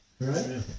Right